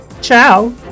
Ciao